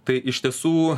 tai iš tiesų